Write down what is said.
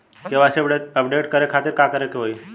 KYC update करे के खातिर का करे के होई?